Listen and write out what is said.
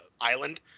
island